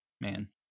Man